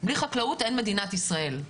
בלי חקלאות אין מדינת ישראל,